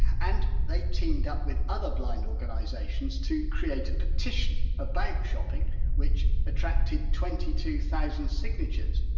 and they teamed up with other blind organisations to create a petition about shopping which attracted twenty two thousand signatures.